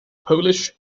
polish